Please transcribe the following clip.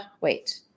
wait